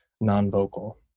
non-vocal